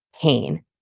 pain